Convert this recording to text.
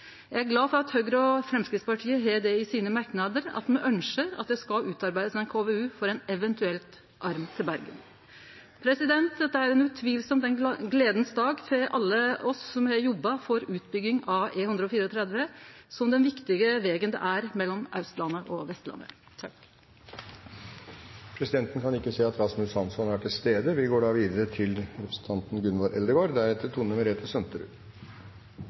Eg har den oppfatninga at det er ei fornuftig løysing, men tidspunktet for å utføre KVU-en ligg litt lenger fram i tid. Eg er glad for at Høgre og Framstegspartiet har i merknadene sine at me ynskjer at det skal utarbeidast ein KVU for ein eventuell arm til Bergen. Dette er utan tvil ein god dag for alle oss som har jobba for utbygging av E134, som den viktige vegen det er mellom Austlandet og Vestlandet. Som kjent er